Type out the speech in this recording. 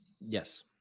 Yes